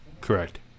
Correct